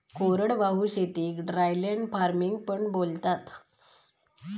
कोरडवाहू शेतीक dryland farming पण बोलतात